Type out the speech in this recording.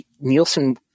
Nielsen